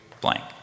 blank